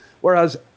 Whereas